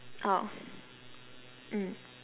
oh mm